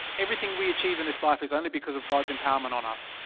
everything we achieve in his life is. only because of god's empowerment on us.